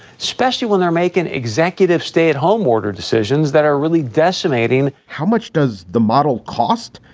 specially when they're making executive stay at home order decisions that are really decimating? how much does the model cost?